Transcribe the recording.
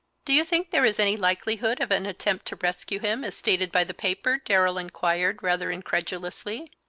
do you think there is any likelihood of an attempt to rescue him, as stated by the paper? darrell inquired, rather incredulously.